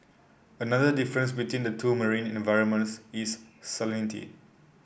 another difference between the two marine environments is salinity